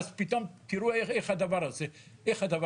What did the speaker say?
ואז פתאום תראו איך הדבר הזה יקרה.